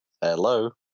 hello